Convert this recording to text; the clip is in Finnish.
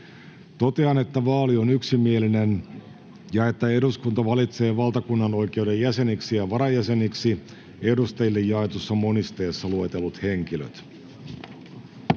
Totean, että vaali on yksimielinen ja että eduskunta valitsee valtakunnanoikeuden jäseniksi ja varajäseniksi edustajille jaetussa monisteessa luetellut henkilöt.